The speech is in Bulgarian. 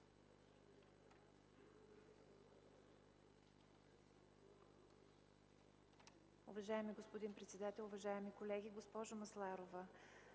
Уважаеми господин председател, уважаеми колеги! Госпожо Масларова,